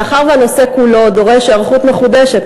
מאחר שהנושא כולו דורש היערכות מחודשת,